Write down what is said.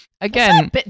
Again